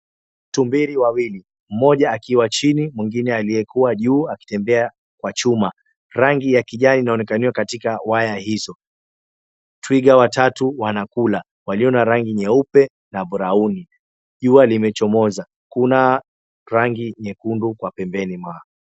Tumbili wawili mmoja akiwa chini, mwengine aliyekuwa juu akitembea kwa chuma, rangi ya kijani inaonekaniwa katika wire hizo. Twiga watatu wanakula walio na rangi nyeupe na brown . Jua limechomoza, kuna rangi nyekundu kwa pembeni mwa.